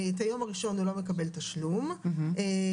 על היום הראשון הוא לא מקבל תשלום בגינו.